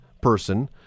person